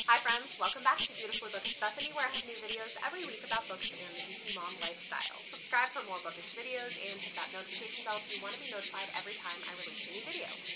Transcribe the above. hi friends welcome back to beautifully bookish bethany where i have new videos every week about books and the geeky mom lifestyle. subscribe for more bookish videos and hit that notification bell if you want to be notified every time i release a new video.